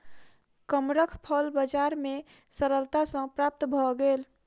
कमरख फल बजार में सरलता सॅ प्राप्त भअ गेल